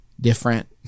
different